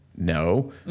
No